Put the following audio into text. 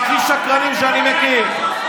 והכי שקרנים שאני מכיר.